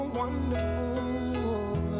wonderful